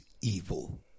evil